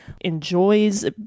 enjoys